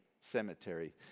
cemetery